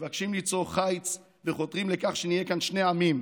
שמבקשים ליצור חיץ וחותרים לכך שנהיה כאן שני עמים,